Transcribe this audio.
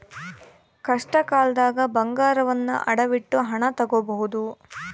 ಕಷ್ಟಕಾಲ್ದಗ ಬಂಗಾರವನ್ನ ಅಡವಿಟ್ಟು ಹಣ ತೊಗೋಬಹುದು